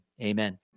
amen